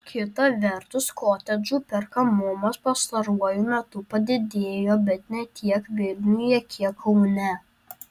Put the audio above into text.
kita vertus kotedžų perkamumas pastaruoju metu padidėjo bet ne tiek vilniuje kiek kaune